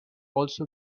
also